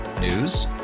News